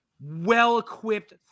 well-equipped